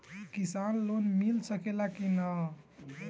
किसान लोन मिल सकेला कि न?